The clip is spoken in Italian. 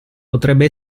potrebbe